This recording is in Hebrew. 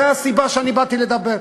זו הסיבה שאני באתי לדבר.